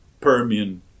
Permian